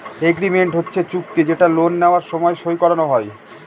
agreement হচ্ছে চুক্তি যেটা লোন নেওয়ার সময় সই করানো হয়